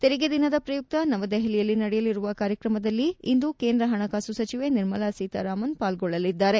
ತೆರಿಗೆ ದಿನದ ಪ್ರಯುಕ್ತ ನವದೆಹಲಿಯಲ್ಲಿ ನಡೆಯಲಿರುವ ಕಾರ್ಯಕ್ರಮದಲ್ಲಿ ಇಂದು ಕೇಂದ್ರ ಹಣಕಾಸು ಸಚವೆ ನಿರ್ಮಲಾ ಸೀತಾರಾಮನ್ ಪಾಲ್ಗೊಳ್ಳಲಿದ್ದಾರೆ